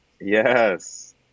Yes